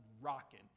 rocking